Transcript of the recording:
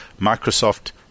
Microsoft